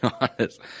honest